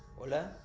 hola.